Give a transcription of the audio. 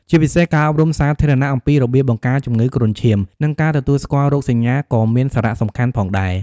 ជាពិសេសការអប់រំសាធារណៈអំពីរបៀបបង្ការជំងឺគ្រុនឈាម និងការទទួលស្គាល់រោគសញ្ញាក៏មានសារៈសំខាន់ផងដែរ។